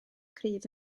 cryf